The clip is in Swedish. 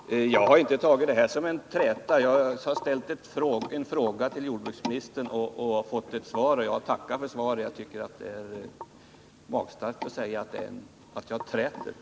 Herr talman! Jag har inte tagit det här som en träta. Jag har ställt en fråga till jordbruksministern och har fått ett svar, och jag har tackat för svaret. Jag tycker att det är magstarkt att kalla det att träta.